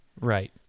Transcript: right